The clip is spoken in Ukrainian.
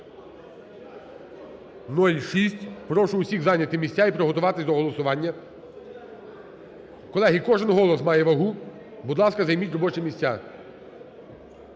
2406, прошу всіх зайти місця і приготуватись до голосування. Колеги, кожний голос має вагу, будь ласка, займіть робочі місця.